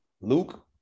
Luke